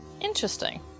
Interesting